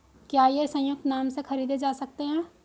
क्या ये संयुक्त नाम से खरीदे जा सकते हैं?